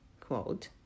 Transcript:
quote